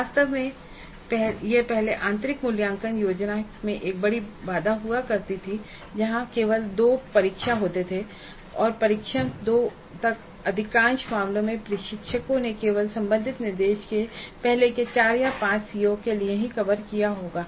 वास्तव में यह पहले आंतरिक मूल्यांकन की योजना में एक बड़ी बाधा हुआ करती थी जहाँ केवल 2 परीक्षण होते हैं और परीक्षण 2 तक अधिकांश मामलों में प्रशिक्षकों ने केवल संबंधित निर्देश सामग्री के पहले 4 या 5 सीओ के लिए कवर किया होगा